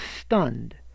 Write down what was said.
stunned